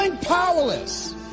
powerless